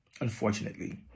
unfortunately